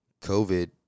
COVID